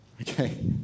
Okay